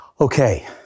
okay